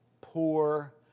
poor